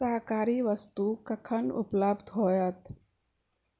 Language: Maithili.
शाकहारी वस्तु कखन उपलब्ध होयत